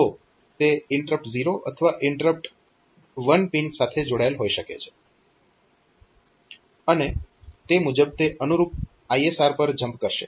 તો તે INT 0 અથવા INT 1 પિન સાથે જોડાયેલ હોઈ શકે છે અને તે મુજબ તે અનુરૂપ ISR પર જમ્પ કરશે